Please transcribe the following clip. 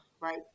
right